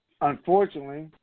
unfortunately